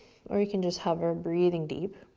or you can just hover, breathing deep.